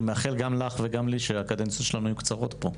אני מאחל גם לך וגם לי שהקדנציות שלנו יהיו קצרות פה,